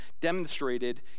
demonstrated